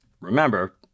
remember